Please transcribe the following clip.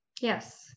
Yes